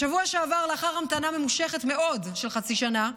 בשבוע שעבר, לאחר המתנה ממושכת מאוד של חצי שנה,